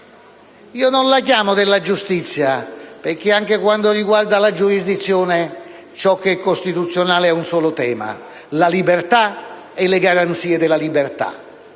Io non la chiamo così, perché anche quando riguarda la giurisdizione, ciò che è costituzionale è un solo tema: la libertà e le garanzie della libertà.